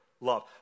love